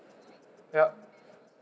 yup